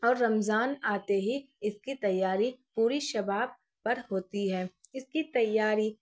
اور رمضان آتے ہی اس کی تیاری پوری شباب پر ہوتی ہے اس کی تیاری